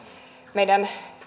meidän